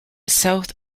south